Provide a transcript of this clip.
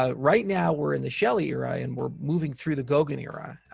ah right now, we're in the shelley era, and we're moving through the goguen era.